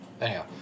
Anyhow